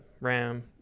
RAM